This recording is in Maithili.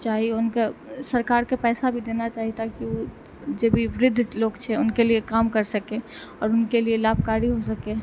चाही उनके सरकारके पैसा भी देना चाही ताकि ओ जे भी वृद्ध लोक छै उनके लिए काम कर सकय और उनके लिए लाभकारी हो सकै